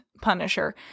punisher